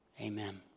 Amen